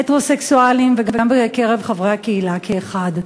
הטרוסקסואלים וחברי הקהילה כאחד.